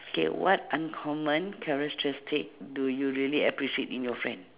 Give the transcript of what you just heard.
okay what uncommon characteristic do you really appreciate in your friend